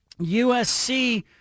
USC